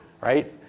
right